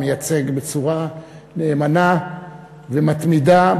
המייצג בצורה נאמנה ומתמידה,